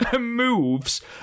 moves